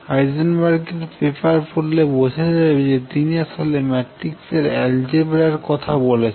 Heisenberg এর paper পড়লে বোঝা যাবে যে তিনি আসলে ম্যাট্রিক্স আলজেব্রা এর কথা বলছেন